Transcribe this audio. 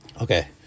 Okay